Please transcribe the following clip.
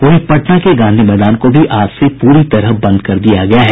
वहीं पटना के गांधी मैदान को भी आज से पूरी तरह बंद कर दिया गया है